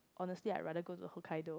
honestly I rather go to hokkaido